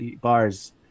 bars